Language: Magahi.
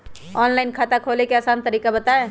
ऑनलाइन खाता खोले के आसान तरीका बताए?